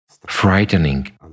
frightening